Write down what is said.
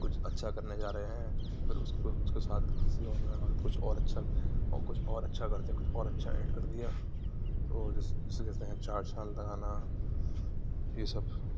کچھ اچھا کرنے جا رہے ہیں پھر اس کو اس کے ساتھ کسی اور نے کچھ اور اچھا او کچھ اور اچھا کر دے کچھ اور اچھا ایڈ کر دیا تو جسے کہتے ہیں چار چاند لگانا یہ سب